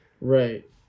Right